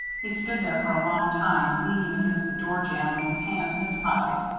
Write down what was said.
he stood there for a long time, leaning against the door-jamb with his hands in his pockets,